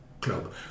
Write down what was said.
club